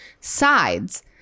sides